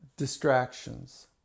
Distractions